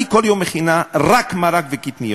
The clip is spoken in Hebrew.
אני כל יום מכינה רק מרק וקטניות.